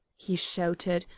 he shouted,